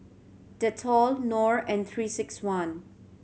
Dettol Knorr and Three Six One